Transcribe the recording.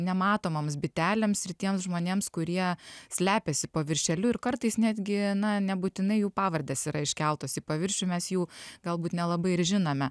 nematomoms bitelėms ir tiems žmonėms kurie slepiasi po viršeliu ir kartais netgi na nebūtinai jų pavardės yra iškeltos į paviršių mes jų galbūt nelabai ir žinome